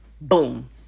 boom